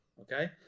Okay